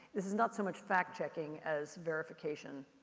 this is not so much factchecking as verification.